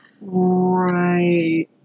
right